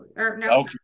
Okay